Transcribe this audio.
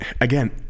again